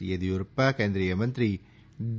યેદીયુરપ્પા કેન્દ્રીયમંત્રી ડી